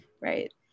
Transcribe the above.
right